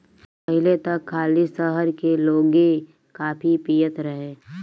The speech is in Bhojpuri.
पहिले त खाली शहर के लोगे काफी पियत रहे